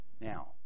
Now